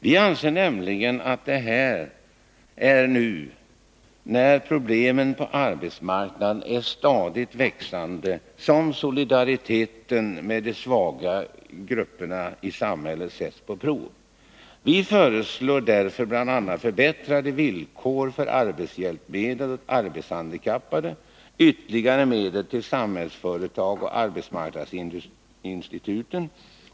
Vi anser nämligen att det är nu, när problemen på arbetsmarknaden är stadigt växande, som solidariteten med de svaga sätts på prov. Vi föreslår därför bl.a. förbättrade villkor för arbetshjälpmedel åt handikappade och ytterligare medel till Samhällsföretag och arbetsmarknadsinstituten.